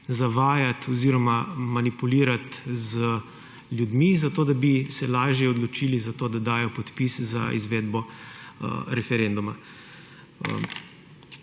zavajati oziroma manipulirati z ljudmi zato, da bi se lažje odločili za to, da dajo podpis za izvedbo referenduma.